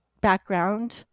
background